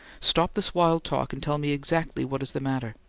stop this wild talk, and tell me exactly what is the matter.